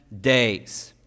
days